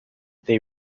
they